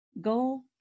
Go